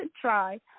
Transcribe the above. try